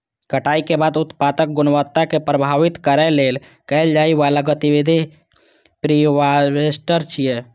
कटाइ के बाद उत्पादक गुणवत्ता कें प्रभावित करै लेल कैल जाइ बला गतिविधि प्रीहार्वेस्ट छियै